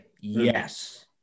yes